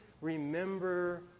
remember